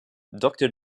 doctor